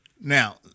Now